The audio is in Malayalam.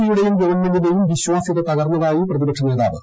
സി യുടെ്യും ഗവൺമെന്റിന്റെയും വിശ്വാസൃത ന് തകർന്നതായി പ്രതിപക്ഷനേതാവ്